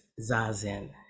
Zazen